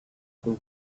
itu